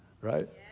right